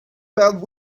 about